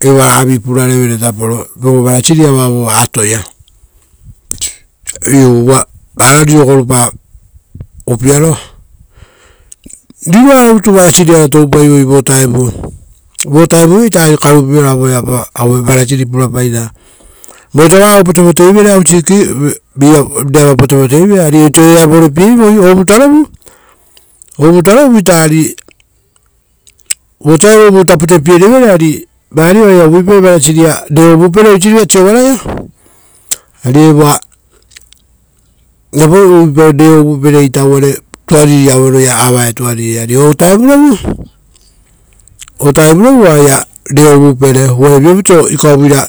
eva purarevere ruvarua vova atoia. Iu uva vara rori gorupa upiaro, riroara rutu ruvaruara toupai vovutao. Uva vovutao oaia karupirorao voeaopa ruvaru purapairara. Vosa vavo potepoteivere ruvarupakepa, upiapatoava eari rera vorepieivoi, oisio rera vorepieivoi. ovutarovu, ovutarovu, ari vosa evo vuta putepierevere, vari oaia uvuipai ruvarua kovovere ari piapau uvuipai ra reo uvupere uvare tuariri varauaia avae upia o vutarovu oaia reo uvupere.